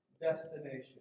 destination